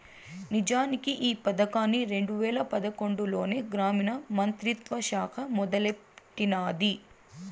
నిజానికి ఈ పదకాన్ని రెండు వేల పదకొండులోనే గ్రామీణ మంత్రిత్వ శాఖ మొదలెట్టినాది